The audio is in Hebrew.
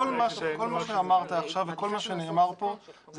כל מה שאמרת עכשיו וכל מה שנאמר פה זה